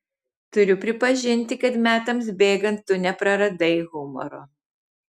turiu pripažinti kad metams bėgant tu nepraradai humoro